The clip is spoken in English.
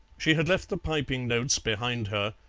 she had left the piping notes behind her,